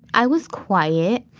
i was quiet.